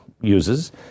uses